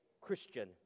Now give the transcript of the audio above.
Christian